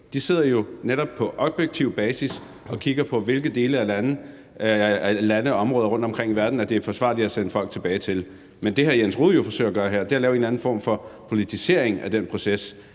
De sidder jo netop på objektiv basis og kigger på, hvilke land og områder rundtom i verden det er forsvarligt at sende folk tilbage til. Men det, hr. Jens Rohde jo forsøger at gøre her, er at lave en eller anden form for politisering af den proces,